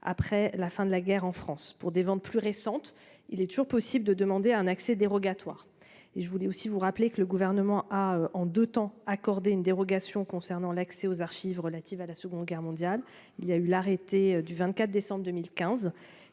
après la fin de la guerre en France pour des ventes plus récente, il est toujours possible de demander un accès dérogatoire et je voulais aussi vous rappeler que le gouvernement a en deux temps accordé une dérogation concernant l'accès aux archives relatives à la seconde guerre mondiale. Il y a eu l'arrêté du 24 décembre 2015